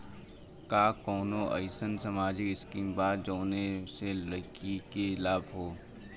का कौनौ अईसन सामाजिक स्किम बा जौने से लड़की के लाभ हो?